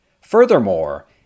Furthermore